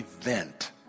event